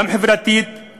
גם חברתית,